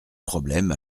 problème